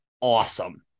awesome